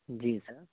جی سر